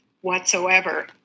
whatsoever